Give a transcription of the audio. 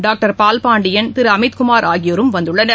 doctor Palpandian Thiru Amit Kumar ஆகியோரும் வந்துள்ளனர்